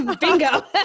Bingo